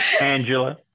Angela